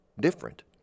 different